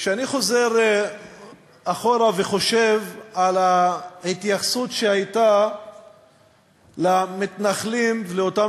כשאני חוזר אחורה וחושב על ההתייחסות שהייתה למתנחלים ולאותם